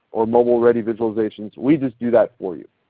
or mobile ready visualizations, we just do that for you.